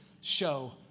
show